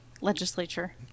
legislature